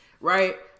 right